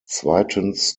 zweitens